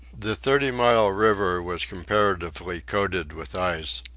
the thirty mile river was comparatively coated with ice,